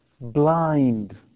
blind